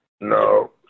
no